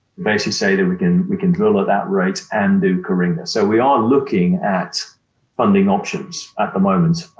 basically say that we can we can drill at ah that rate and do coringa. so we are looking at funding options at the moment.